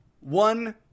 one